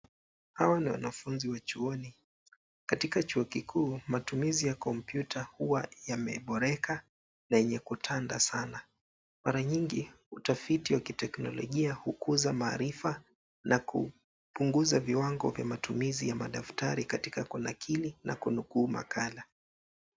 Hawa ni wanafunzi wa chuoni. Katika chuo kikuu matumizi ya kompyuta huwa yameboreka na yenye kutanda sana. Mara nyingi, utafiti wa kiteknolojia hukuza maarifa na kupunguza viwango vya matumizi ya madaftari katika kunakili na kunukuu makala.